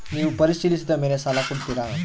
ನೇವು ಪರಿಶೇಲಿಸಿದ ಮೇಲೆ ಸಾಲ ಕೊಡ್ತೇರಾ?